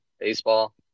Baseball